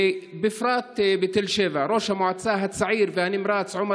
ובפרט בתל שבע ראש המועצה הצעיר והנמרץ עומר